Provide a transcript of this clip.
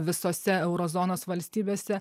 visose euro zonos valstybėse